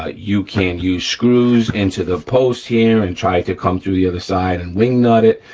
ah you can use screws into the posts here and try to come through the other side and wing nut it.